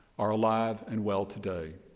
are alive and well today.